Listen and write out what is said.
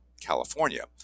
California